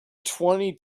twenty